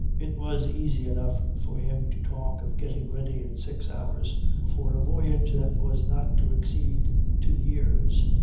it was easy enough for him to talk of getting ready in six hours for a voyage that was not to exceed two years.